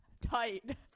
Tight